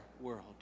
world